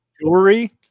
Jewelry